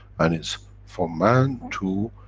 and it's for man to,